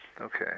Okay